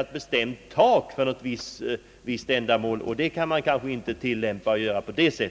ett bestämt tak för ett visst ändamål, och på det sättet bör man kanske inte göra.